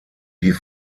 die